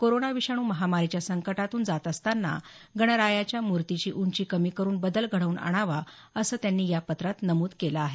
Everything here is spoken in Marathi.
कोरोना विषाणू महामारीच्या संकटातून जात असताना गणरायाच्या मूर्तीची उंची कमी करून बदल घडवून आणण्याची हीच वेळ असल्याचंही त्यांनी या पत्रात नमूद केलं आहे